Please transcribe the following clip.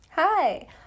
Hi